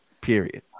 Period